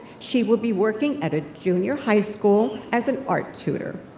she will be working at a junior high school as an art tutor.